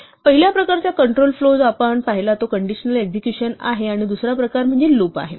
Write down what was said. पहिल्या प्रकारचा control flow जो आपण पाहिला आहे तो कंडिशनल एक्झिक्युशन आहे आणि दुसरा प्रकार म्हणजे लूप आहे